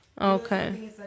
Okay